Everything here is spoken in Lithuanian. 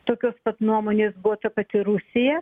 tokios pat nuomonės buvo ta pati rusija